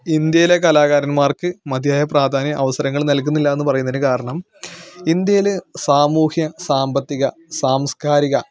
ഇന്ത്യയിലെ കലാകാരന്മാർക്ക് മതിയായ പ്രാധാന്യവും അവസരങ്ങളും നൽകുന്നില്ല എന്ന് പറയുന്നതിന് കാരണം ഇന്ത്യയിൽ സാമൂഹ്യ സാമ്പത്തിക സാംസ്കാരിക